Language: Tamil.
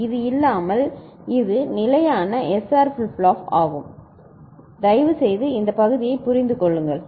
எனவே இது இல்லாமல் இது நிலையான எஸ்ஆர் ஃபிளிப் ஃப்ளாப் ஆகும் தயவுசெய்து இந்த பகுதியை புரிந்து கொள்ளுங்கள்